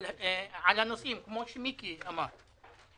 אבל על הנושאים, כמו שמיקי אמר,